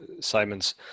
Simon's